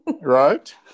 Right